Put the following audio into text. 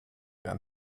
ein